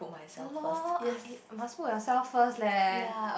ya lor ah must put yourself first leh